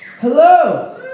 Hello